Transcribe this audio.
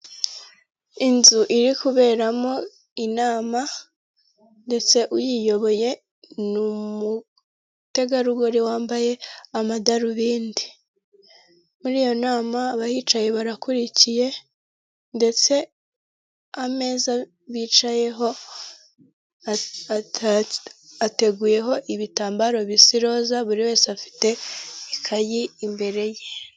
Inzu iri kuberamo inama ndetse uyiyoboye n'umutegarugori wambaye amadarubindi muri iyo nama abahicaye barakurikiye ndetse ameza bicayeho ateguyeho ibitambaro bisa iroza buri wese afite ikayi imbere ye.